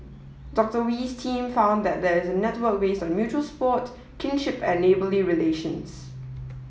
Doctor Wee's team found that there is a network based on mutual support kinship and neighbourly relations